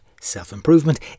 self-improvement